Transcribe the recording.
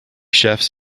chefs